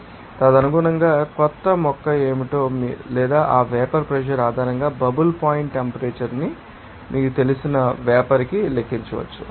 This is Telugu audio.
కాబట్టి తదనుగుణంగా మీరు కొత్త మొక్క ఏమిటో లేదా ఆ వేపర్ ప్రెషర్ ఆధారంగా బబుల్ పాయింట్ టెంపరేచర్ మీకు తెలిసిన వేపర్ కి లెక్కించవచ్చు